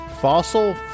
Fossil